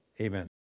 amen